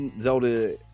Zelda